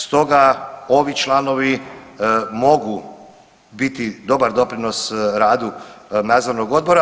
Stoga ovi članovi mogu biti dobar doprinos radu nadzornog odbora.